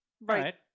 right